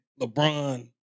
LeBron